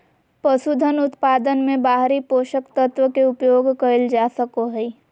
पसूधन उत्पादन मे बाहरी पोषक तत्व के उपयोग कइल जा सको हइ